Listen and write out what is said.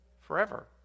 forever